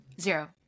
Zero